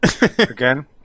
Again